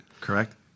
Correct